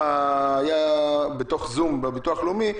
הם שאלו בשיחת זום עם הביטוח הלאומי,